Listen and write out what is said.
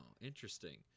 interesting